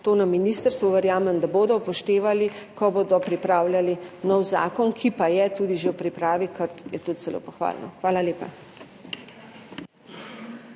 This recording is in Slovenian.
to na ministrstvu, verjamem, da bodo upoštevali, ko bodo pripravljali nov zakon, ki pa je tudi že v pripravi, kar je tudi zelo pohvalno. Hvala lepa.